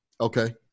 Okay